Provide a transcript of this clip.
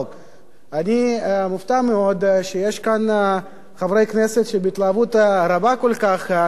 אני מופתע מאוד שיש כאן חברי כנסת שבהתלהבות רבה כל כך רודפים,